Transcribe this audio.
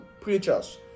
preachers